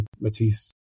matisse